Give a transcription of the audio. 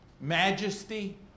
majesty